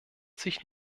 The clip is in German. sich